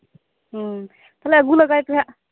ᱦᱮᱸ ᱛᱟᱦᱚᱞᱮ ᱟᱹᱜᱩ ᱞᱮᱜᱟᱭ ᱯᱮ ᱱᱟᱦᱟᱜ